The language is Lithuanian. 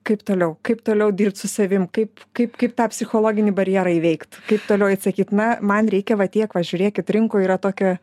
kaip toliau kaip toliau dirbt su savim kaip kaip kaip tą psichologinį barjerą įveikt kaip toliau eit sakyt na man reikia va tiek va žiūrėkit rinkoj yra tokie